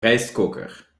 rijstkoker